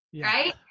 right